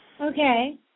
Okay